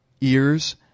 ears